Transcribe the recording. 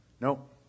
Nope